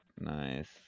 Nice